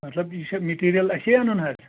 مطلب یہِ چھا میٹیریل اَسی اَنُن حظ